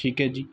ਠੀਕ ਹੈ ਜੀ